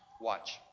Watch